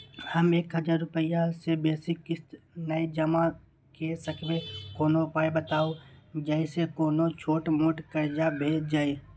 हम एक हजार रूपया से बेसी किस्त नय जमा के सकबे कोनो उपाय बताबु जै से कोनो छोट मोट कर्जा भे जै?